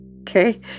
Okay